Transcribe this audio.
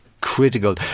critical